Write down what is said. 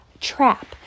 trap